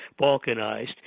balkanized